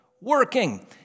working